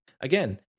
again